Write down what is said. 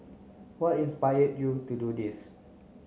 what inspired you to do this